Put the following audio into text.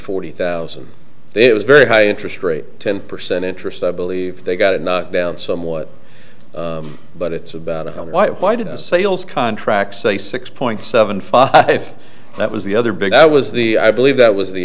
forty thousand it was very high interest rate ten percent interest i believe they got it knocked down somewhat but it's about how what why did the sales contract say six point seven five if that was the other big that was the i believe that was the